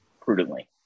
prudently